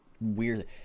weird